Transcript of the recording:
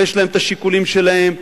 ויש להם השיקולים שלהם.